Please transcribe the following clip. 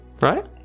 Right